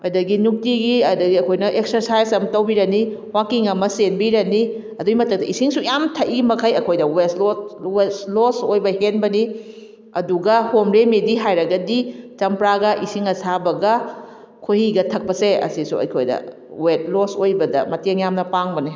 ꯑꯗꯒꯤ ꯅꯨꯡꯇꯤꯒꯤ ꯑꯗꯒꯤ ꯑꯩꯈꯣꯏꯅ ꯑꯦꯛꯁꯔꯁꯥꯏꯖ ꯑꯃ ꯇꯧꯕꯤꯔꯅꯤ ꯋꯥꯀꯤꯡ ꯑꯃ ꯆꯦꯟꯕꯤꯔꯅꯤ ꯑꯗꯨꯏ ꯃꯊꯛꯇ ꯏꯁꯤꯡꯁꯨ ꯌꯥꯝꯅ ꯊꯛꯏ ꯃꯈꯩ ꯑꯩꯈꯣꯏꯗ ꯋꯦꯠ ꯂꯣꯁ ꯑꯣꯏꯕ ꯍꯦꯟꯕꯅꯤ ꯑꯗꯨꯒ ꯍꯣꯝ ꯔꯤꯃꯦꯗꯤ ꯍꯥꯏꯔꯒꯗꯤ ꯆꯝꯄ꯭ꯔꯥꯒ ꯏꯁꯤꯡ ꯑꯁꯥꯕꯒ ꯈꯣꯏꯍꯤꯒ ꯊꯛꯄꯁꯦ ꯑꯁꯤꯁꯨ ꯑꯩꯈꯣꯏꯗ ꯋꯦꯠ ꯂꯣꯁ ꯑꯣꯏꯕꯗ ꯃꯇꯦꯡ ꯌꯥꯝꯅ ꯄꯥꯡꯕꯅꯤ